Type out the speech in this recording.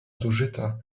zużyta